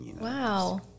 Wow